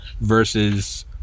versus